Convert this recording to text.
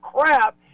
crap